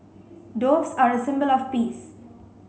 doves are a symbol of peace